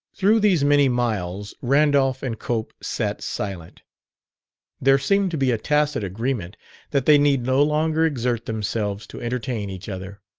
through these many miles randolph and cope sat silent there seemed to be a tacit agreement that they need no longer exert themselves to entertain each other.